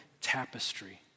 tapestry